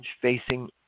facing